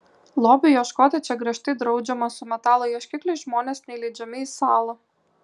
lobių ieškoti čia griežtai draudžiama su metalo ieškikliais žmonės neįleidžiami į salą